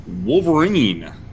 Wolverine